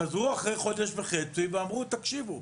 חזרו אחרי חודש וחצי ואמרו: תקשיבו,